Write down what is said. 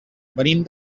venim